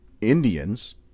Indians